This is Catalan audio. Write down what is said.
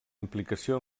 implicació